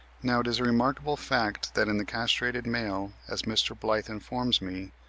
now it is a remarkable fact that, in the castrated male, as mr. blyth informs me,